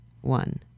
one